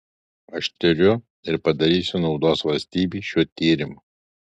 aš tiriu ir padarysiu naudos valstybei šiuo tyrimu